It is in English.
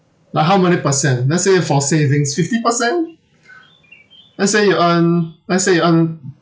like how many percent let's say for savings fifty percent let's say you earn let's say you earn